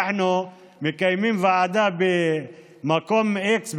אנחנו מקיימים ועדה במקום x,